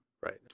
Right